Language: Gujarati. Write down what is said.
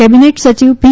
કેબિનેટ સચિવ પી